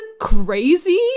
crazy